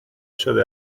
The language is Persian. شده